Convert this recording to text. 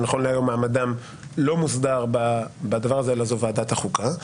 שנכון להיום מעמדם לא מוסדר בדבר הזה אלא זאת ועדת החוקה,